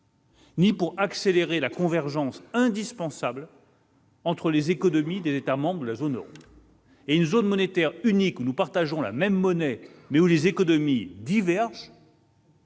ni pour accélérer la convergence indispensable entre les économies des États membres de la zone euro. Or une zone monétaire unique dans laquelle nous partageons la même monnaie, mais où les économies divergent,